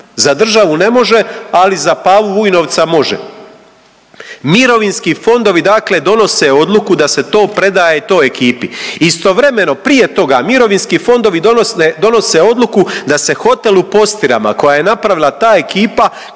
za državu može, ali za Pavu Vujnovca može. Mirovinski fondovi dakle donose odluku da se to predaje toj ekipi. Istovremeno prije toga mirovinski fondovi donose odluku da se hotel u Postirama koja je napravila ta ekipa